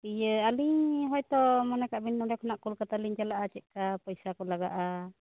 ᱤᱭᱟ ᱟᱞᱤᱧ ᱦᱚᱭᱛᱚ ᱢᱚᱱᱮᱠᱟᱜᱵᱤᱱ ᱱᱚᱸᱰᱮ ᱠᱷᱚᱱᱟᱜ ᱠᱚᱞᱠᱟᱛᱟ ᱞᱤᱧ ᱪᱟᱞᱟᱜᱼᱟ ᱪᱮᱫᱞᱮ ᱠᱟ ᱯᱚᱭᱥᱟ ᱠᱚ ᱞᱟᱜᱟᱜ ᱟ